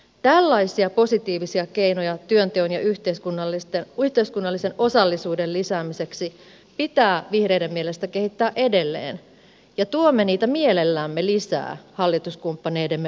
tällaisia posi tiivisia keinoja työnteon ja yhteiskunnallisen osallisuuden lisäämiseksi pitää vihreiden mielestä kehittää edelleen ja tuomme niitä mielellämme lisää hallituskumppaneidemme arvioitaviksi